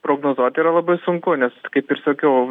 prognozuot yra labai sunku nes kaip ir sakiau